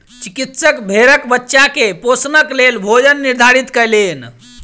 चिकित्सक भेड़क बच्चा के पोषणक लेल भोजन निर्धारित कयलैन